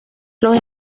los